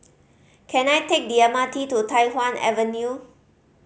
can I take the M R T to Tai Hwan Avenue